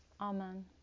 Amen